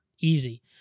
easy